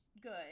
good